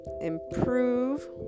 improve